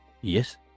Yes